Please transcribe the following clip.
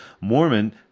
Mormon